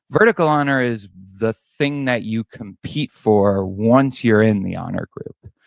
vertical honor is the thing that you compete for once you're in the honor group.